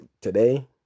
today